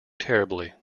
terribly